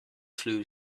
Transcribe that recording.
flu